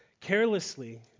Carelessly